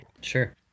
sure